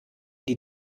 die